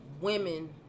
women